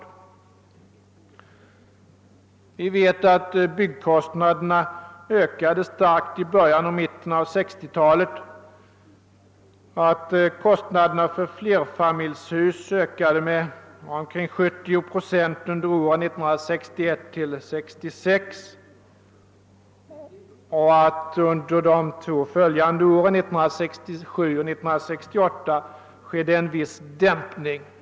Vi vet att byggkostnaderna ökade starkt i början och mitten av 1960-talet, att kostnaderna för flerfamiljhus ökade med omkring 70 procent under åren 1961—1966 och att under de två följande åren, 1967 och 1968, en viss dämpning ägde rum.